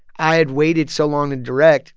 i had waited so long to direct